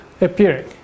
appearing